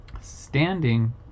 standing